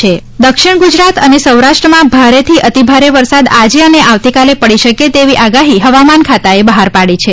વરસાદ આગાહી દક્ષિણ ગુજરાત અને સૌરાષ્ટ્રમાં ભારેથી અતિ ભારે વરસાદ આજે અને આવતીકાલે પડી શકે છે તેવી આગાહી હવામાન ખાતાએ બહાર પાડી છે